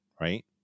right